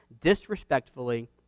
disrespectfully